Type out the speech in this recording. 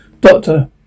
Doctor